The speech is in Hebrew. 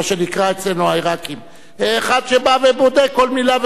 מה שנקרא אצלנו העירקים אחד שבא ובודק כל מלה,